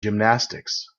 gymnastics